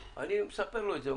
ואני מספר לו את זה.